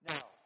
Now